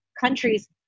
countries